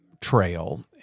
trail